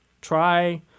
try